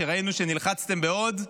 שראינו שנלחצתם מאוד.